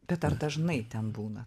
bet ar dažnai ten būna